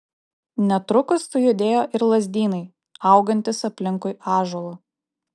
netrukus sujudėjo ir lazdynai augantys aplinkui ąžuolą